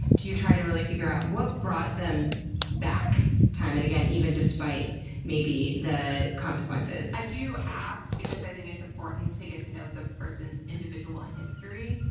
do you try to really figure out what brought them back time and again, even despite the consequences? i do ask because i think it's important to get to know the person's individual history.